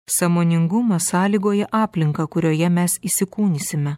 sąmoningumas sąlygoja aplinką kurioje mes įsikūnysime